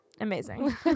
Amazing